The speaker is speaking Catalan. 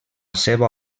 seva